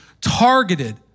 targeted